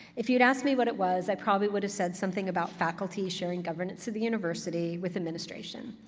if you'd asked me what it was, i probably would've said something about faculty sharing governance of the university with administration.